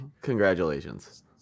congratulations